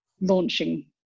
launching